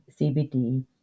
CBD